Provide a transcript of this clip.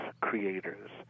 creators